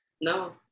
No